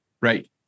right